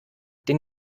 den